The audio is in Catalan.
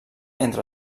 entre